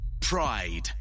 pride